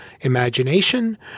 imagination